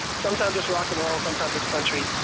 sometimes, it's rock and roll. sometimes, it's country.